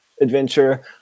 adventure